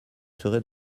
serez